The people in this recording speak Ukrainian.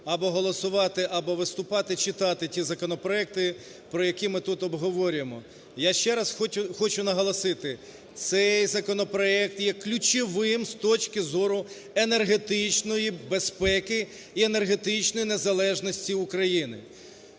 або голосувати, або виступати, читати ті законопроекти, які ми тут обговорюємо. Я ще раз хочу наголосити: цей законопроект є ключовим з точки зору енергетичної безпеки і енергетичної незалежності України.